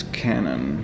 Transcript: canon